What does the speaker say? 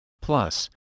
Plus